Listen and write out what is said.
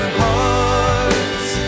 hearts